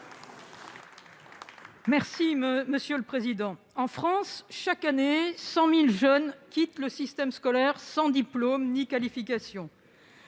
et Républicain. En France, chaque année, 100 000 jeunes quittent le système scolaire sans diplôme ni qualification.